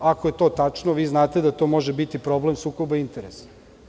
Ako je to tačno, vi znate da to može biti problem sukoba interesa.